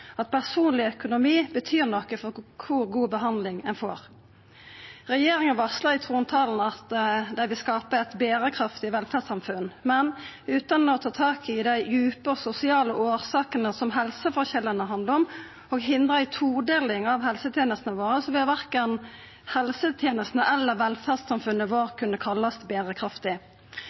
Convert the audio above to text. at personleg økonomi betyr noko for kor god behandling ein får. Regjeringa varslar i trontalen at dei vil skapa eit berekraftig velferdssamfunn. Men utan å ta tak i dei djupe sosiale årsakene som helseforskjellane handlar om, og hindra ei todeling av helsetenestene våre, vil verken helsetenestene eller velferdssamfunnet vårt kunne kallast berekraftig.